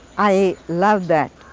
i love that.